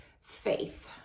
faith